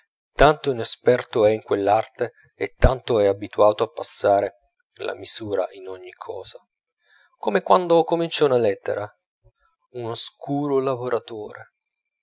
tanto inesperto è in quell'arte e tanto è abituato a passar la misura in ogni cosa come quando comincia una lettera un oscuro lavoratore